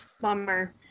Bummer